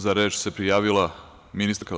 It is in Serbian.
Za reč se prijavila ministarka.